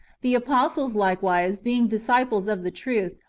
the apostles, likewise, being disciples of the truth,